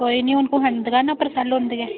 कोई नि हून पखंडना प्रोफेल होंदे गै